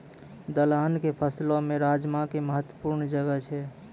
दलहनो के फसलो मे राजमा के महत्वपूर्ण जगह छै